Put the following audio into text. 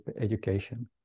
education